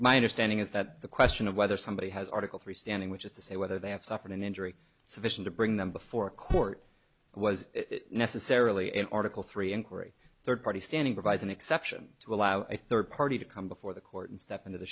my understanding is that the question of whether somebody has article three standing which is to say whether they have suffered an injury sufficient to bring them before court was necessarily in article three inquiry third party standing provides an exception to allow a third party to come before the court and step into the